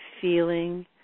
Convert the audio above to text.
feeling